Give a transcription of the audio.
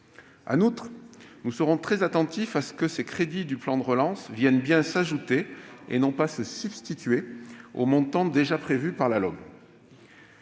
En outre, nous serons très attentifs à ce que ces crédits du plan de relance soient bien ajoutés et non substitués aux montants déjà prévus dans la LOM.